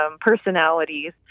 personalities